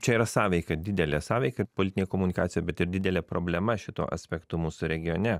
čia yra sąveika didelė sąveika ir politinė komunikacija bet ir didelė problema šituo aspektu mūsų regione